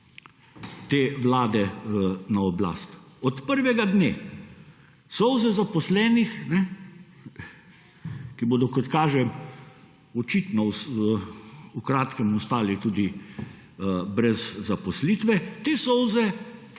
te Vlade na oblast. Od prvega dne. Solze zaposlenih, ki bodo, kot kaže, očitno v kratkem ostale tudi brez zaposlitve, te solze